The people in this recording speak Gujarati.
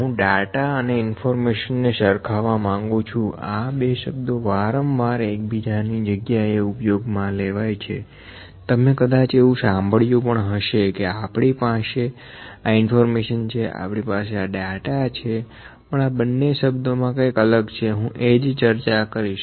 હું ડાટા અને ઇન્ફોર્મેશન ને સરખાવવા માંગુ છું આં બે શબ્દો વારંવાર એકબીજાની જગ્યા એ ઉપયોગમાં લેવાય છે તમે કદાચ એવું સાંભળ્યું પણ હશે કે આપણી પાસે આં ઇન્ફોર્મેશન છે આપણી પાસે આં ડેટા છે પણ આં બને શબ્દો માં કંઈક અલગ છેહું એ જ ચર્ચા કરીશ